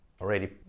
already